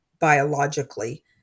biologically